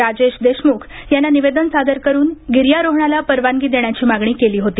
राजेश देशमुख यांना निवेदन सादर करून गिर्यारोहणाला परवानगी देण्याची मागणी केली होती